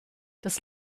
das